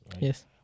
Yes